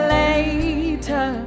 later